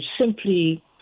simply